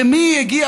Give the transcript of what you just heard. למי הגיע?